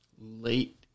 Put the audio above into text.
Late